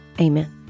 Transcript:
Amen